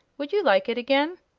would you like it again?